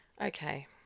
okay